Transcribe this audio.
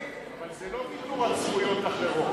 אבל זה לא ויתור על זכויות אחרות,